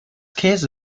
käse